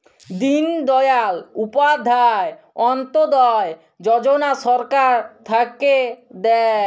দিন দয়াল উপাধ্যায় অন্ত্যোদয় যজনা সরকার থাক্যে দেয়